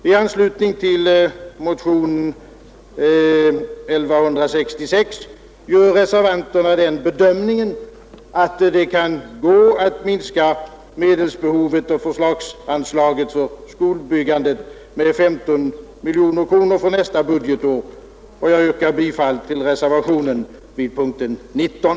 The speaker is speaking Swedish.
I anslutning till motionen 1166 gör reservanterna den bedömningen att det kan gå att minska medelsbehovet och förslagsanslaget till skolbyggandet med 15 miljoner kronor för nästa budgetår, och jag yrkar bifall till reservationen B vid punkten 19.